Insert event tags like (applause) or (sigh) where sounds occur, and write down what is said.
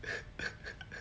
(laughs)